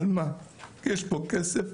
יש פה כסף?